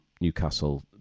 Newcastle